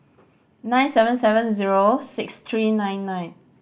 nine seven seven zero six three nine nine